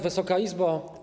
Wysoka Izbo!